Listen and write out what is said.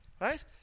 Right